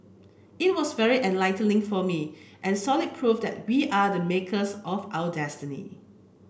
it was very enlightening for me and solid proof that we are the makers of our destiny